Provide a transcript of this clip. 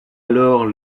alors